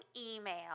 email